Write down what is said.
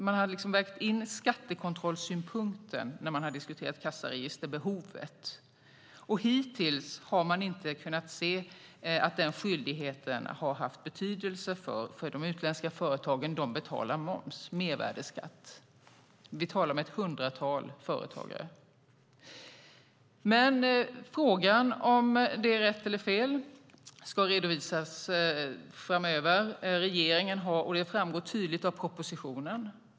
Man har vägt in skattekontrollsynpunkten när man har diskuterat kassaregisterbehovet. Hittills har man inte kunnat se att den skyldigheten har haft betydelse för de utländska företagen. De betalar moms, mervärdesskatt. Vi talar om ett hundratal företagare. Svaret på frågan om detta är rätt eller fel ska redovisas framöver. Det framgår väldigt tydligt av propositionen.